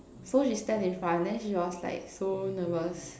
so she stand in front then she was like so nervous